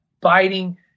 biting